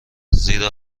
زیرا